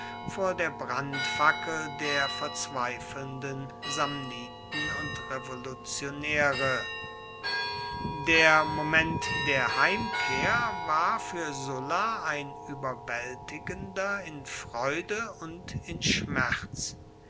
vor der brandfackel der verzweifelnden samniten und revolutionäre der moment der heimkehr war für sulla ein überwältigender in freude und in schmerz